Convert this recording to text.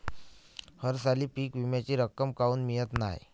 हरसाली पीक विम्याची रक्कम काऊन मियत नाई?